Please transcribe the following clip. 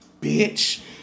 bitch